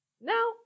Now